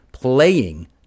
Playing